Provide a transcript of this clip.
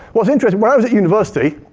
what's interesting, when i was at university,